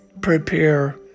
prepare